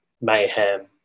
mayhem